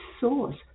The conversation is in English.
source